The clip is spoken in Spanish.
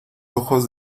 ojos